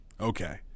Okay